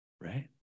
right